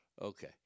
Okay